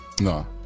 No